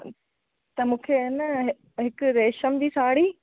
त मूंखे आहे न हिकु रेशम जी साड़ी